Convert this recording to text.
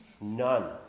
None